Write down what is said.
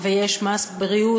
מס בריאות,